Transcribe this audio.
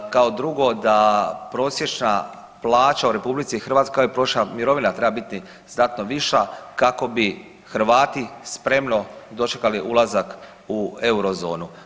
Kao drugo da prosječna plaća u RH, kao i prosječna mirovina treba biti znatno viša kako bi Hrvati spremno dočekali ulazak u eurozonu.